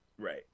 Right